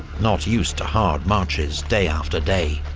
not used to hard marches day after day.